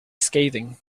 scathing